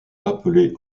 rappelé